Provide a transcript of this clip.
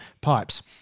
pipes